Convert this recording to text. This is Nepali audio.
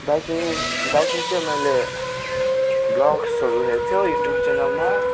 बाइकिङ बाइकिङ चाहिँ मैले ब्लग्सहरू हेर्थ्यो यु ट्युब च्यानलमा